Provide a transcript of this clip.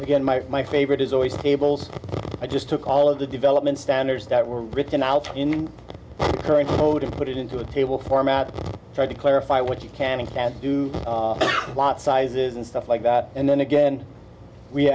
again my my favorite is always tables i just took all of the development standards that were written in current code and put it into a table format to try to clarify what you can do a lot sizes and stuff like that and then again we